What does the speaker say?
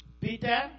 Peter